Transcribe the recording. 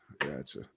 gotcha